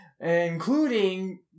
including